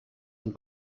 und